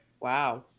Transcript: Wow